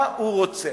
מה הוא רוצה?